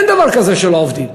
אין דבר כזה שלא עובדים.